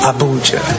Abuja